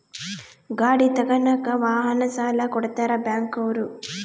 ಗಾಡಿ ತಗನಾಕ ವಾಹನ ಸಾಲ ಕೊಡ್ತಾರ ಬ್ಯಾಂಕ್ ಅವ್ರು